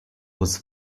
was